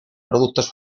productos